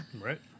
right